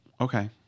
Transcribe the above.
okay